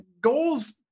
goals